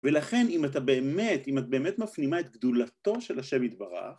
ולכן אם אתה באמת, אם את באמת מפנימה את גדולתו של ה' יתברך